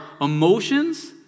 emotions